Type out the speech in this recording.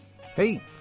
Hey